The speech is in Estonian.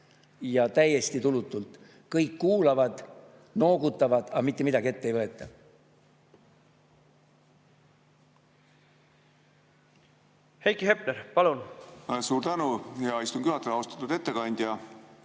ja täiesti tulutult. Kõik kuulavad, noogutavad, aga mitte midagi ette ei võta. Heiki Hepner, palun! Suur tänu, hea istungi juhataja! Austatud ettekandja!